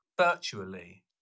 virtually